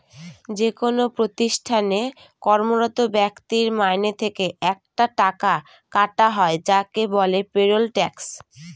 যেকোনো প্রতিষ্ঠানে কর্মরত ব্যক্তির মাইনে থেকে একটা টাকা কাটা হয় যাকে বলে পেরোল ট্যাক্স